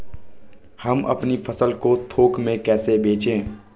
हम अपनी फसल को थोक में कैसे बेचें?